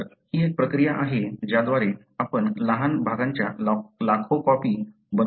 तर ही एक प्रक्रिया आहे ज्याद्वारे आपण लहान भागांच्या लाखो कॉपी बनवू शकतो